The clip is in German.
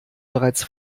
bereits